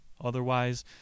Otherwise